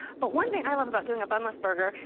but one thing i love about doing a bunless burger,